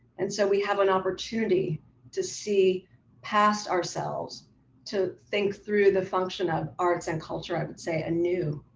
and so we have an opportunity to see past ourselves to think through the function of arts and culture, i would say a new.